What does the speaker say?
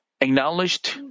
acknowledged